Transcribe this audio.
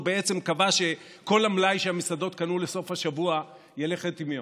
הוא בעצם קבע שכל המלאי שהמסעדות קנו לסוף השבוע ירד לטמיון.